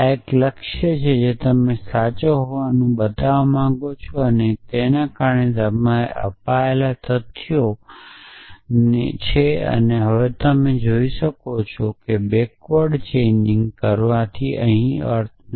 આ એક લક્ષ્ય છે જે તમે સાચા હોવાનું બતાવવા માંગો છો અને તે તમને અપાયેલી તથ્યો છે હવે તમે જોઈ શકો છો કે બેક્વર્ડ ચેઇનિંગકરવાથી અહીં અર્થ નથી